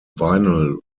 vinyl